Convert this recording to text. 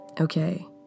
Okay